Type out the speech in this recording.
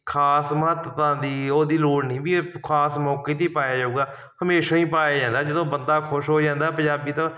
ਖ਼ਾਸ ਮਹੱਤਤਾ ਦੀ ਉਹਦੀ ਲੋੜ ਨਹੀਂ ਵੀ ਇਹ ਖ਼ਾਸ ਮੌਕੇ 'ਤੇ ਹੀ ਪਾਇਆ ਜਾਊਗਾ ਹਮੇਸ਼ਾ ਹੀ ਪਾਇਆ ਜਾਂਦਾ ਜਦੋਂ ਬੰਦਾ ਖੁਸ਼ ਹੋ ਜਾਂਦਾ ਪੰਜਾਬੀ ਤਾਂ